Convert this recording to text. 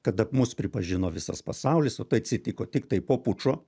kad mus pripažino visas pasaulis o tai atsitiko tiktai po pučo